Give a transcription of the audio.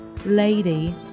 lady